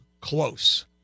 close